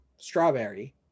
strawberry